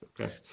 Okay